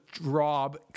Rob